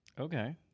Okay